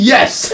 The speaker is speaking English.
Yes